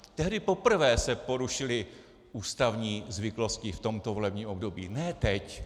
Tehdy poprvé se porušily ústavní zvyklosti v tomto volebním období, ne teď.